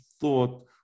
thought